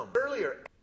Earlier